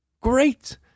great